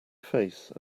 face